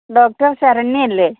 doctor Saranya അല്ലേ